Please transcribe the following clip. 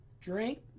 drink